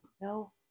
no